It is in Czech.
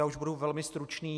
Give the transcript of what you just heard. Už budu velmi stručný.